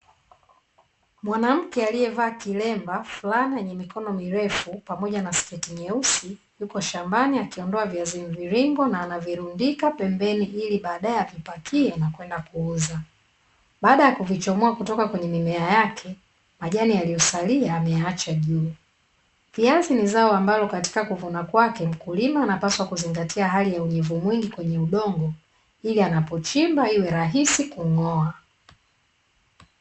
Mwanamke aliyevaa kilemba fulani yenye mikono mirefu pamoja na sketi nyeusi yuko shambani akiondoa viazi viringo na anavirundika pembeni ili baadaye avipakie na kwenda kuuza baada ya kufichomoa kutoka kwenye mimea yake majani yaliyosalia ameacha juu ya viazi ni zao ambalo katika kuvuna kwake mkulima anapaswa kuzingatia hali ya unyevu mwingi kwenye udongo ili anapochimba iwe rahisi kung'oa.